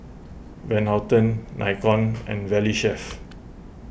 Van Houten Nikon and Valley Chef